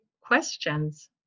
questions